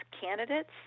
candidates